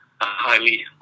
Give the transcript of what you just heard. highly